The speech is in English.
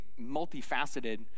multifaceted